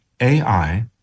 AI